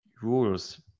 rules